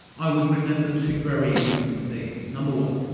i would remember two very important things number one,